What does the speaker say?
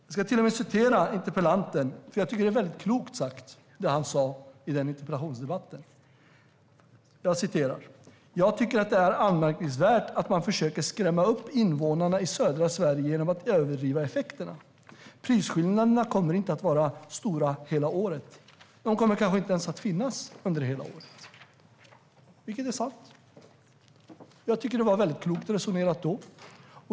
Jag ska citera interpellanten, för jag tycker att det som han sa i interpellationsdebatten var väldigt klokt: "Jag tycker att det är anmärkningsvärt att man försöker skrämma upp invånarna i södra Sverige genom att överdriva effekterna. Prisskillnaderna kommer inte att vara stora hela året. De kommer kanske inte ens att finnas under hela året." Det är sant. Jag tycker att det var klokt resonerat då.